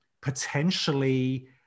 potentially